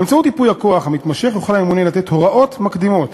באמצעות ייפוי הכוח המתמשך יוכל הממנה לתת הוראות מקדימות